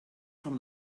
from